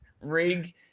rig